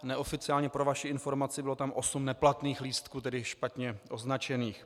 Neoficiálně, pro vaši informaci, bylo tam osm neplatných lístků, tedy špatně označených.